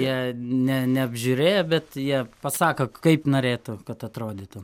jei ne neapžiūrėję bet jie pasako kaip norėtų kad atrodytų